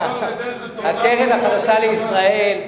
הקרן החדשה לישראל,